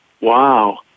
Wow